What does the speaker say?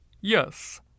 Yes